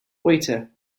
waiter